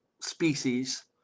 species